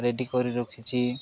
ready କରି ରଖିଛି